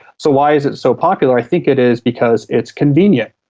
so why is it so popular? i think it is because it's convenient.